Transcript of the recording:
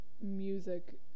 music